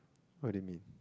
what do you mean